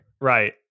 right